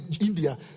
India